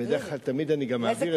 ובדרך כלל תמיד אני גם מעביר את זה.